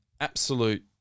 absolute